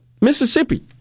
Mississippi